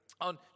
on